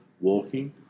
walking